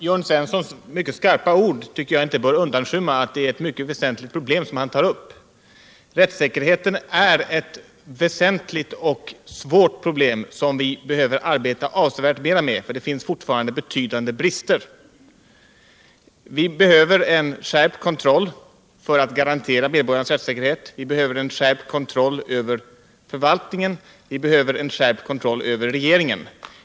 Herr talman! Jörn Svenssons skarpa ord tycker jag inte bör undanskymma att det är mycket väsentliga problem som han tar upp. Rättssäkerheten är ett väsentligt och svårt problem som vi behöver arbeta avsevärt mer med — här finns fortfarande betydande brister. Vi behöver en skärpt kontroll för att garantera medborgarna rättssäkerhet. Vi behöver en skärpt kontroll över förvaltningen. Och vi behöver en skärpt kontroll över regeringen.